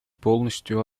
полностью